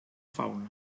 fauna